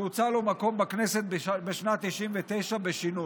שהוצע לו מקום בכנסת בשנת 1999 בשינוי.